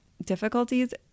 difficulties